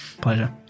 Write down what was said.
Pleasure